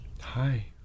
Hi